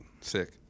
Sick